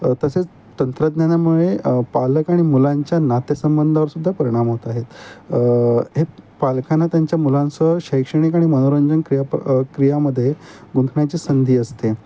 तसेच तंत्रज्ञानामुळे पालक आणि मुलांच्या नातेसंबंधावरसुद्धा परिणाम होत आहेत हे पालकांना त्यांच्या मुलांचं शैक्षणिक आणि मनोरंजन क्रिया क्रियामध्ये गुंतण्याची संधी असते